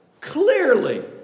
Clearly